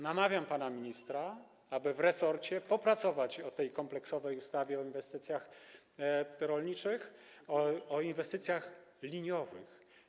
Namawiam pana ministra, aby w resorcie popracować nad tą kompleksową ustawą o inwestycjach rolniczych, o inwestycjach liniowych.